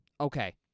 Okay